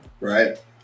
right